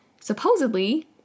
supposedly